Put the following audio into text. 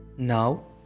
Now